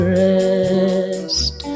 rest